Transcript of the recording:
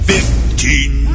Fifteen